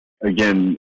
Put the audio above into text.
again